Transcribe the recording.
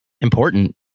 Important